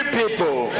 people